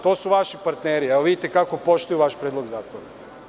To su vaši partneri i evo vidite kako poštuju vaš predlog zakona.